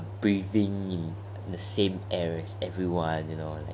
breathing in the same air as everyone you know